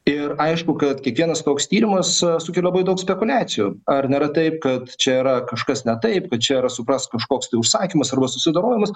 ir aišku kad kiekvienas toks tyrimas sukelia daug spekuliacijų ar nėra taip kad čia yra kažkas ne taip kad čia suprask kažkoks tai užsakymas arba susidorojimas